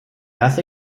erste